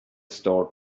store